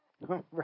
Right